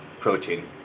protein